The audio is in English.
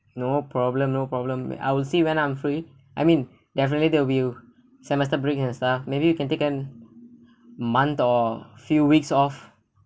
no problem no problem I will see when I'm free I mean definitely there will semester break and stuff maybe we can take a month or few weeks of